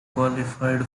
qualified